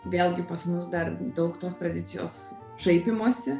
vėlgi pas mus dar daug tos tradicijos šaipymosi